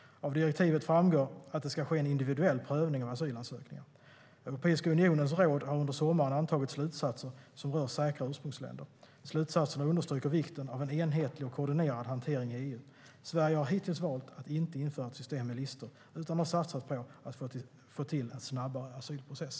Av direktivet framgår att det ska ske en individuell prövning av asylansökningar. Europeiska unionens råd har under sommaren antagit slutsatser som rör säkra ursprungsländer. Slutsatserna understryker vikten av en enhetlig och koordinerad hantering i EU. Sverige har hittills valt att inte införa ett system med listor utan har satsat på att få till en snabbare asylprocess.